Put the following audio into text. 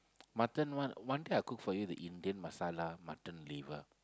mutton one one day I cook for you the Indian masala mutton liver